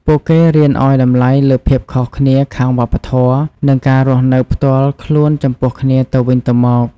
ពួកគេរៀនឱ្យតម្លៃលើភាពខុសគ្នាខាងវប្បធម៌ និងការរស់នៅផ្ទាល់ខ្លួនចំពោះគ្នាទៅវិញទៅមក។